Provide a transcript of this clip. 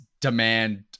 demand